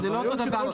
זה לא אותו דבר.